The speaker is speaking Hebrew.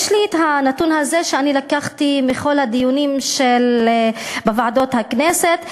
יש לי הנתון הזה שאני לקחתי מכל הדיונים בוועדות הכנסת.